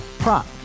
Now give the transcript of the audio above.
Prop